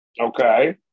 Okay